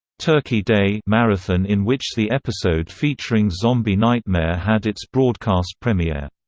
turkey day marathon in which the episode featuring zombie nightmare had its broadcast premiere.